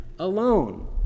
alone